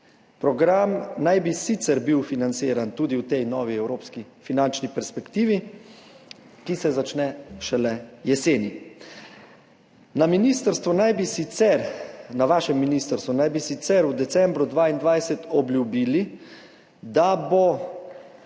Program naj bi bil sicer financiran tudi v tej novi evropski finančni perspektivi, ki se začne šele jeseni. Na vašem ministrstvu naj bi sicer v decembru 2022 obljubili, da bo to